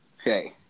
Okay